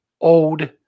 old